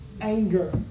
Anger